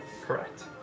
Correct